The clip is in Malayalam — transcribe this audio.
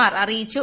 ആർ അറിയിച്ചു